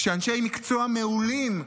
כשאנשי מקצוע מעולים,